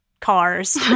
cars